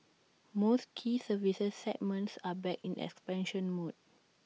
most key services segments are back in expansion mode